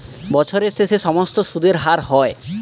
বছরের শেষে সমস্ত সুদের হার হয়